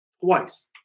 twice